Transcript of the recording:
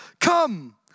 Come